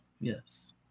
Yes